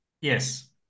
Yes